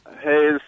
Hey